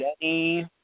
Denny